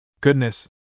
Goodness